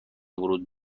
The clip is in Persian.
ورود